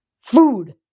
Food